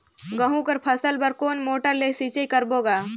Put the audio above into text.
गहूं कर फसल बर कोन मोटर ले सिंचाई करबो गा?